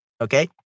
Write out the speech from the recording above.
Okay